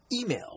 Email